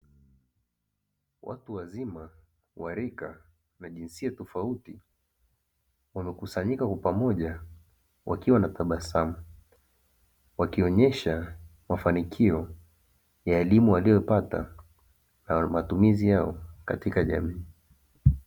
Watu wazima wa rika na jinsia tofauti wamekusanyika kwa pamoja wakiwa na tabasamu, wakionyesha mafanikio ya elimu waliyopata na matumizi yao katika jamii.